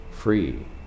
Free